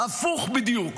הפוך בדיוק